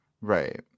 right